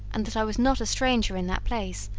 and that i was not a stranger in that place,